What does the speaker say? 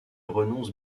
renonce